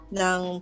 ng